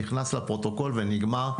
נכנס לפרוטוקול ונגמר.